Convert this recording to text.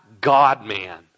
God-man